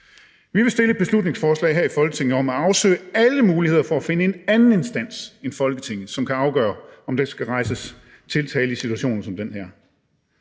Vi vil fremsætte et beslutningsforslag her i Folketinget om at afsøge alle muligheder for at finde en anden instans end Folketinget, som kan afgøre, om der skal rejses tiltale i situationer som den her.